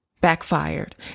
backfired